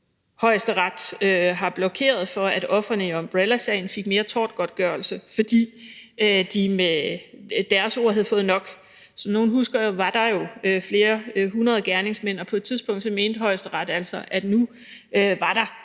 Højesteret har blokeret for, at ofrene i Umbrellasagen fik mere tortgodtgørelse, fordi de med deres ord havde fået nok. Som nogle husker, var der jo flere hundrede gerningsmænd, og på et tidspunkt mente Højesteret altså, at nu var der